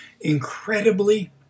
Incredibly